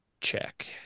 check